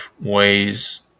ways